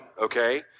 okay